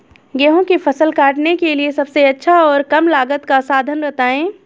गेहूँ की फसल काटने के लिए सबसे अच्छा और कम लागत का साधन बताएं?